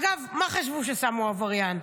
אגב, מה חשבו כששמו עבריין,